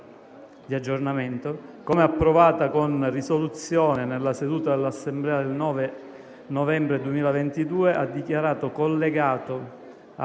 di aggiornamento al DEF 2022, come approvata con risoluzione nella seduta dell'Assemblea del 9 novembre 2022, ha dichiarato collegato, a